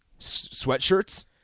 Sweatshirts